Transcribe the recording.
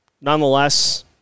nonetheless